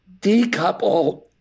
decouple